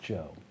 Joe